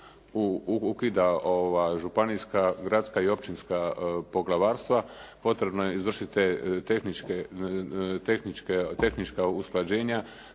ukida županijska, gradska i općinska poglavarstva, potrebno je izvršiti te tehnička usklađenja,